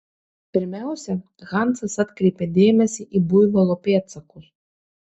pirmiausia hansas atkreipė dėmesį į buivolo pėdsakus